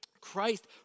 Christ